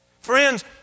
Friends